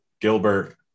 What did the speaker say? Gilbert